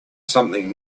something